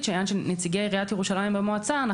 שהעניין של נציגי עיריית ירושלים במועצה,